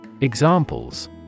Examples